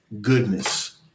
goodness